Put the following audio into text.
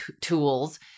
tools